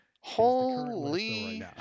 Holy